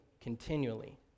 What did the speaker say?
continually